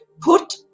Put